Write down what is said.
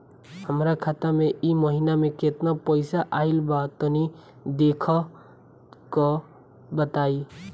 हमरा खाता मे इ महीना मे केतना पईसा आइल ब तनि देखऽ क बताईं?